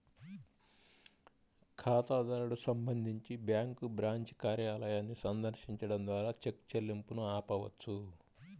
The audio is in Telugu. ఖాతాదారుడు సంబంధించి బ్యాంకు బ్రాంచ్ కార్యాలయాన్ని సందర్శించడం ద్వారా చెక్ చెల్లింపును ఆపవచ్చు